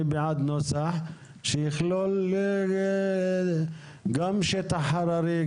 אני בעד נוסח שיכלול גם שטח הררי,